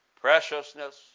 preciousness